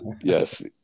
Yes